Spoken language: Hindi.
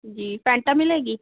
जी फैन्टा मिलेगी